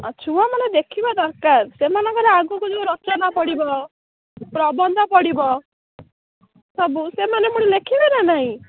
ଛୁଆମାନେ ଦେଖିବା ଦରକାର ସେମାନଙ୍କରେ ଆଗକୁ ଯୋଉ ରଚନା ପଡ଼ିବ ପ୍ରବନ୍ଧ ପଡ଼ିବ ସବୁ ସେମାନେ ପୁଣି ଲେଖିବେ ନା ନାହିଁ